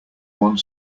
one